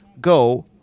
go